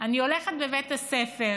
אני הולכת בבית הספר,